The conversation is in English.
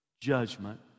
judgment